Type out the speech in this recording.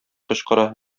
кычкыра